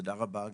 תודה רבה.